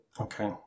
Okay